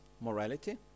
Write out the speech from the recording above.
morality